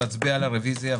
נצביע על הרוויזיה,